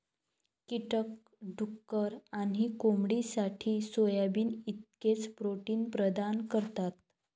कीटक डुक्कर आणि कोंबडीसाठी सोयाबीन इतकेच प्रोटीन प्रदान करतात